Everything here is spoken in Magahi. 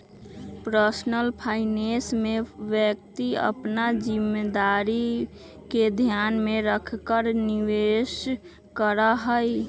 पर्सनल फाइनेंस में व्यक्ति अपन जिम्मेदारी के ध्यान में रखकर निवेश करा हई